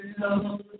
love